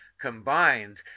combined